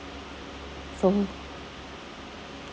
from